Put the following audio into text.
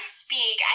speak